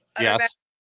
Yes